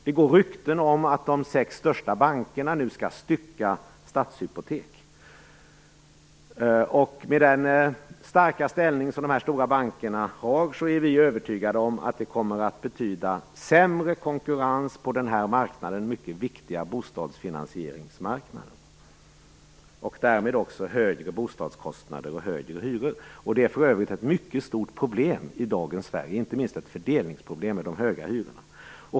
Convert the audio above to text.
Det går rykten om att de sex största bankerna nu skall stycka Stadshypotek. Med den starka ställning de här stora bankerna har är vi övertygade om att det kommer att betyda sämre konkurrens på den här mycket viktiga bostadsfinansieringsmarknaden och därmed också högre bostadskostnader och högre hyror. Det är för övrigt ett mycket stort problem i dagens Sverige, inte minst ett fördelningsproblem, med de höga hyrorna.